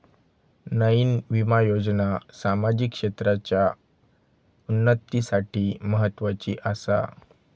नयीन विमा योजना सामाजिक क्षेत्राच्या उन्नतीसाठी म्हत्वाची आसा